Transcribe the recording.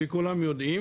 וכולם יודעים